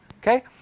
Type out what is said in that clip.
Okay